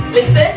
Listen